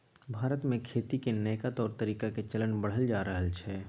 भारत में खेती के नइका तौर तरीका के चलन बढ़ल जा रहल छइ